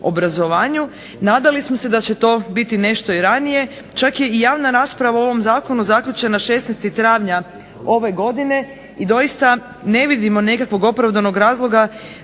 obrazovanju, nadali smo se da će to biti nešto i ranije, čak je i javna rasprava u ovom zakonu zaključena 16. travnja ove godine i doista ne vidimo nekakvog opravdanog razloga